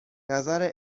نظر